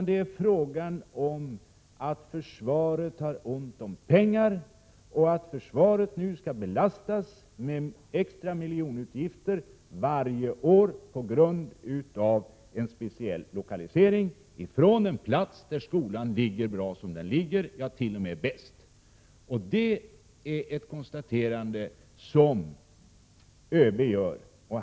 Det är här fråga om att försvaret har ont om pengar. Nu skall försvaret belastas med extra miljonutgifter varje år på grund av en speciell lokalisering av en skola från en plats där den ligger bra, ja t.o.m. där den ligger bäst. Det är ett konstaterande som ÖB gör.